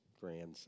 grandson